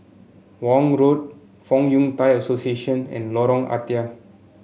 Vaughan Road Fong Yun Thai Association and Lorong Ah Thia